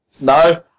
No